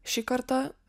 šį kartą